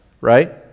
right